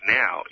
now